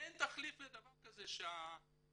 ואין תחליף לדבר כזה שה-1,800